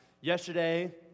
Yesterday